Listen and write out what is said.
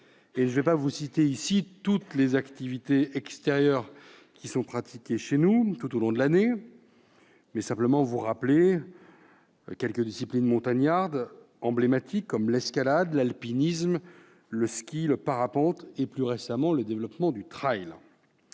Je ne vais pas vous citer ici l'ensemble des activités extérieures qui sont pratiquées chez nous tout au long de l'année, mais simplement vous rappeler quelques disciplines montagnardes emblématiques comme l'escalade, l'alpinisme, le ski, le parapente et, plus récemment, le trail.